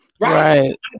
right